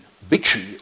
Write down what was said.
victory